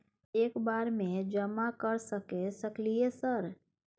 एक बार में जमा कर सके सकलियै सर?